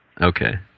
Okay